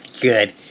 good